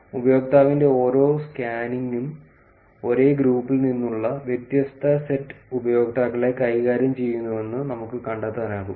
ഉപയോക്താവിന്റെ ഓരോ സ്കാനിംഗും ഒരേ ഗ്രൂപ്പിൽ നിന്നുള്ള വ്യത്യസ്ത സെറ്റ് ഉപയോക്താക്കളെ കൈകാര്യം ചെയ്യുന്നുവെന്ന് നമുക്ക് കണ്ടെത്താനാകും